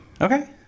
okay